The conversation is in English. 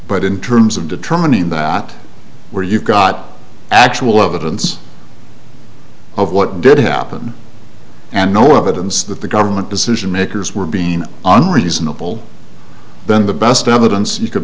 but in terms of determining that where you've got actual evidence of what did happen and no evidence that the government decision makers were being unreasonable then the best evidence you could